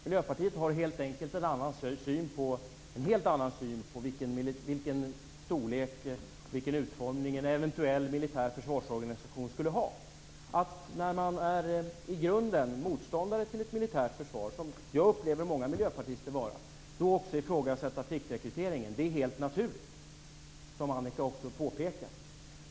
Miljöpartiet har helt enkelt en helt annan syn på vilken storlek och utformning en eventuell militär försvarsorganisation skall ha. Att när man i grunden är motståndare till ett militärt försvar - och det upplever jag att många miljöpartister är - också ifrågasätta pliktrekryteringen är helt naturligt. Det påpekar Annika Nordgren också.